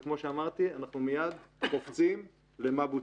וכמו שאמרתי, אנחנו מיד קופצים למה בוצע.